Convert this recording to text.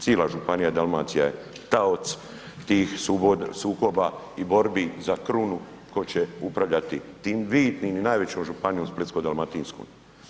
Cijela županija i Dalmacija je taoc tih sukoba i borbi za krunu tko će upravljati tim bitnim i najvećom županijom, Splitsko-dalmatinskoj.